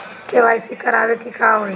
KYC करावे के होई का?